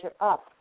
up